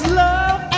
love